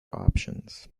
options